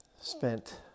spent